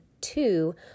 two